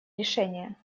решения